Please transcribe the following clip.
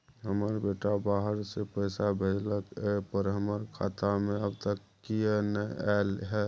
हमर बेटा बाहर से पैसा भेजलक एय पर हमरा खाता में अब तक किये नाय ऐल है?